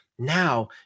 Now